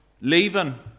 leaving